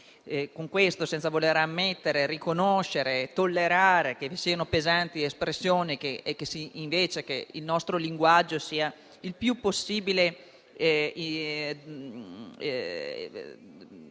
Questo senza voler ammettere, riconoscere, tollerare che vi siano pesanti espressioni, auspicando invece che il nostro linguaggio sia il più possibile